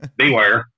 beware